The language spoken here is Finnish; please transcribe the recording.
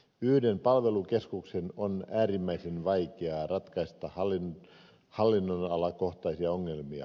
yhden palvelukeskuksen on äärimmäisen vaikeaa ratkaista hallinnonalakohtaisia ongelmia